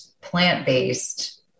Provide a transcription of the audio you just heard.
plant-based